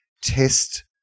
test